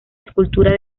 escultura